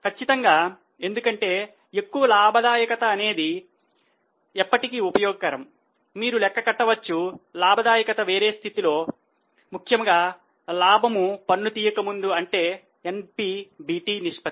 కచ్చితంగా ఎందుకంటే ఎక్కువ లాభదాయక అనేది ఎప్పటికీ ఉపయోగకరం మీరు లెక్క కట్టవచ్చు లాభదాయకత వేరే స్థితిలో ముఖ్యంగా లాభము పన్ను తీయక ముందు దీనినే అంటారు NPBT నిష్పత్తి